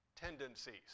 tendencies